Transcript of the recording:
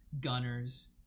Gunners